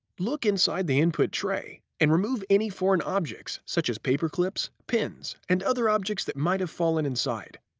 look inside the input tray and remove any foreign objects such as paper clips, pens, and other objects that might have fallen inside.